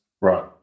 Right